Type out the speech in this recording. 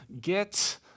get